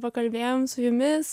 pakalbėjom su jumis